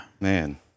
Man